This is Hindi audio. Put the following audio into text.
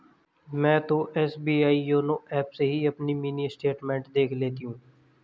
मैं तो एस.बी.आई योनो एप से ही अपनी मिनी स्टेटमेंट देख लेती हूँ